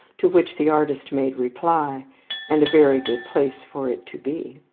to which the artist made reply and a very good place for it to be.